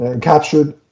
captured